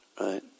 right